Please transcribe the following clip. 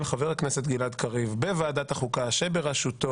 חבר הכנסת גלעד קריב בוועדת החוקה שבראשותו,